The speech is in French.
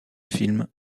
film